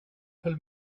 höll